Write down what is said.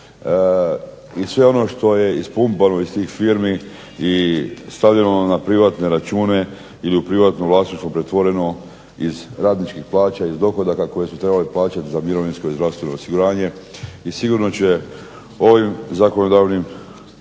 i sve ono što je ispumpano iz tih firmi i stavljano na privatne račune ili u privatnom vlasništvu pretvoreno iz radničkih plaća, ih dohodaka koje su trebali plaćati za mirovinsko i zdravstveno osiguranje, i sigurno će ovim zakonodavnim